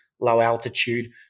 low-altitude